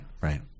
right